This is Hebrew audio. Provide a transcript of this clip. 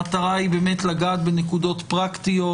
המטרה היא לגעת בנקודות פרקטיות,